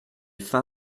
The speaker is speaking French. faim